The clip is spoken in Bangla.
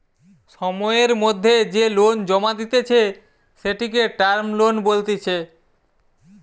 সময়ের মধ্যে যে লোন জমা দিতেছে, সেটিকে টার্ম লোন বলতিছে